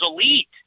elite